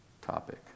topic